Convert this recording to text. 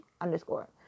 underscore